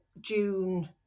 June